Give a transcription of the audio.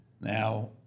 Now